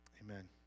Amen